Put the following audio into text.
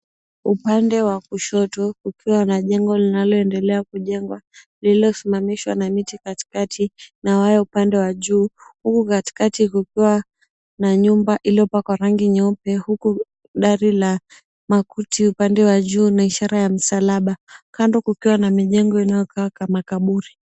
Upande wa kushoto kukiwa na jengo linaloendelea kujengwa lililosimamishwa na miti katikati na wayo upande wa juu, huku katikati kukiwa na nyumba iliyopakwa rangi nyeupe huku dari la makuti upande wa juu na ishara ya msalaba, kando kukiwa na mijengo inayokaa kama kaburi.